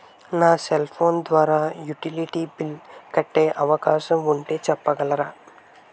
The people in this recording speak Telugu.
నా సెల్ ఫోన్ ద్వారా యుటిలిటీ బిల్ల్స్ కట్టే అవకాశం ఉంటే చెప్పగలరా?